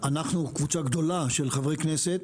אנחנו קבוצה גדולה של חברי כנסת,